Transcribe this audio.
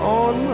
on